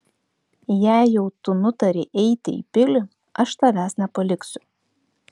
jei jau tu nutarei eiti į pilį aš tavęs nepaliksiu